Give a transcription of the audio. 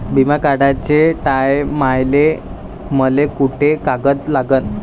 बिमा काढाचे टायमाले मले कोंते कागद लागन?